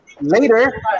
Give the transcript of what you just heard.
later